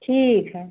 ठीक है